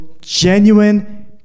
genuine